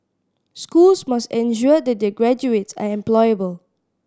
schools must ensure that their graduates are employable